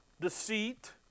deceit